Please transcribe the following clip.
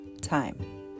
time